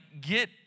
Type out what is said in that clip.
get